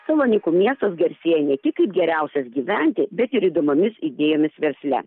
salonikų miestas garsėja ne tik kaip geriausias gyventi bet ir įdomiomis idėjomis versle